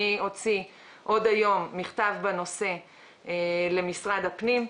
אני אוציא עוד היום מכתב בנושא למשרד הפנים.